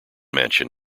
mansion